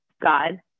God